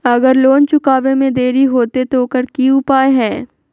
अगर लोन चुकावे में देरी होते तो ओकर की उपाय है?